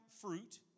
fruit